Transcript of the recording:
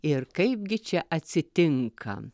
ir kaipgi čia atsitinka